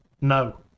No